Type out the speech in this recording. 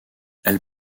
elle